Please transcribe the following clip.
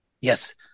Yes